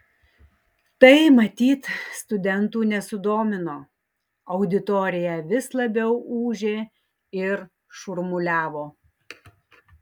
tai matyt studentų nesudomino auditorija vis labiau ūžė ir šurmuliavo